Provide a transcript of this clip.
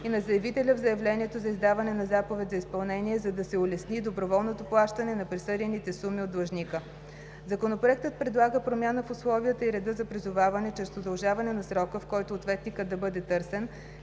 и на заявителя в заявлението за издаване на заповед за изпълнение, за да се улесни доброволното плащане на присъдените суми от длъжника. Законопроектът предлага промяна в условията и реда за призоваване чрез удължаване на срока, в който ответникът да бъде търсен,